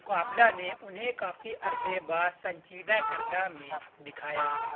مقابلہ نے انہیں کافی عرصے بعد سنجیدہ کردہ میں دکھایا